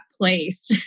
place